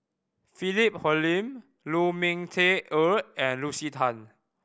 Philip Hoalim Lu Ming Teh Earl and Lucy Tan